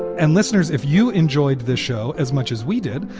and listeners, if you enjoyed this show as much as we did,